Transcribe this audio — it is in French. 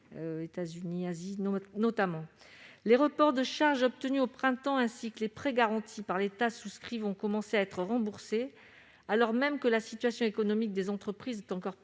Les reports de charges obtenus au printemps et les prêts garantis par l'État (PGE) souscrits vont devoir commencer à être remboursés, alors même que la situation économique des entreprises est encore plus fragile